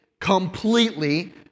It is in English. completely